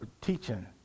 teaching